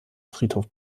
friedhof